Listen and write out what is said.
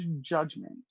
judgment